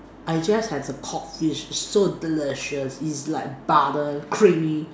I just had a codfish so delicious it's like butter creamy